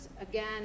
again